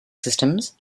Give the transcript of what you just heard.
systems